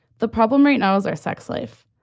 the problem right now is our sex life.